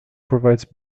provides